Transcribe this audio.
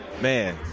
man